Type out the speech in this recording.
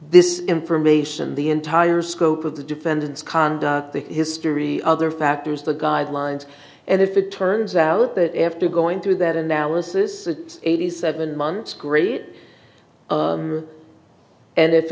this information the entire scope of the defendant's conduct the history other factors the guidelines and if it turns out that after going through that analysis eighty seven months great and if